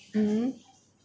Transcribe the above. hmm